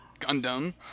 Gundam